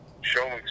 showing